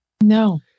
No